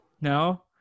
No